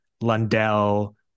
Lundell